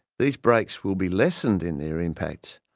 these breaks will be lessened in their impacts,